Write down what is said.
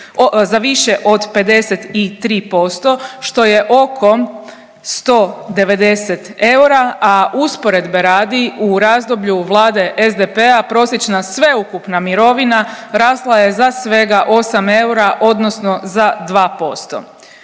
za više od 53%, što je oko 190 eura, a usporedbe radi, u razdoblju vlade SDP-a, prosječna sveukupna mirovina rasla je za svega 8 eura, odnosno za 2%.